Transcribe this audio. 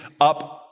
up